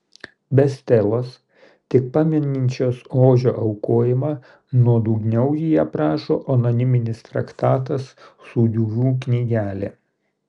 be stelos tik pamininčios ožio aukojimą nuodugniau jį aprašo anoniminis traktatas sūduvių knygelė